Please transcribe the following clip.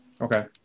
okay